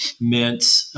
meant –